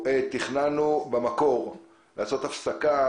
תכננו לעשות עכשיו הפסקה,